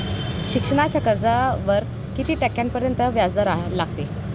शिक्षणाच्या कर्जावर किती टक्क्यांपर्यंत व्याजदर लागेल?